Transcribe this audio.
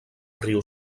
riu